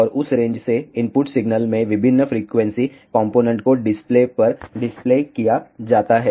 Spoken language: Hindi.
और उस रेंज से इनपुट सिग्नल में विभिन्न फ्रीक्वेंसी कॉम्पोनेन्ट को डिस्प्ले पर डिस्प्ले किया जाता है